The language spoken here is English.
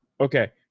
okay